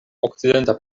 okcidenta